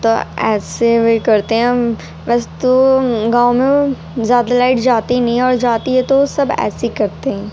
تو ایسے وہ کرتے ہیں ویسے تو گاؤں میں زیادہ لائٹ جاتی نہیں ہے اور جاتی ہے تو سب ایسے ہی کرتے ہیں